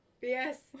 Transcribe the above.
Yes